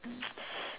um